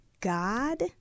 God